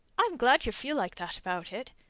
i'm glad ye feel like that about it.